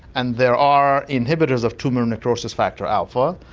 and there are inhibitors of tumour necrosis factor alpha,